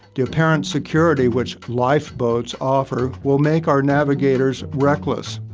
the apparent security which lifeboats offer will make our navigators reckless.